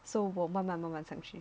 so 我慢慢慢慢长去